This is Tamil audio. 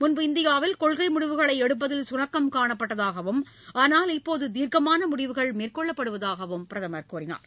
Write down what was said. முன்பு இந்தியாவில் கொள்கை முடிவுகளை எடுப்பதில் சுணக்கம் காணப்பட்டதாகவும் ஆனால் இப்போது தீர்க்கமான முடிவுகள் மேற்கொள்ளப்படுவதாகவும் அவர் கூறினார்